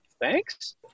thanks